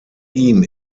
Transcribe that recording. ihm